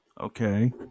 Okay